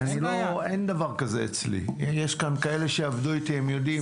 יש כאן כאלה שעבדו איתי, הם יודעים.